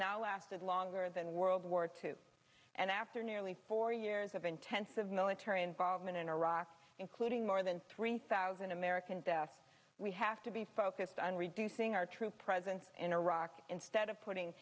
now lasted longer than world war two and after nearly four years of intensive military involvement in iraq including more than three thousand american deaths we have to be focused on reducing our troop presence in iraq instead of putting